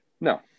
No